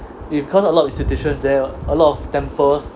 if cause a lot of institution there [what] a lot of temples